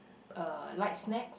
uh light snacks